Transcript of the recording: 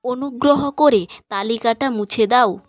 অনুগ্রহ করে তালিকাটা মুছে দাও